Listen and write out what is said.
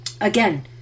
again